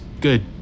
good